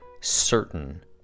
certain